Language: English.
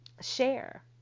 share